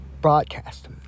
broadcast